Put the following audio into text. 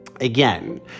Again